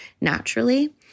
naturally